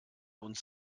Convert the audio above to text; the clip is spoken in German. uns